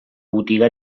botiga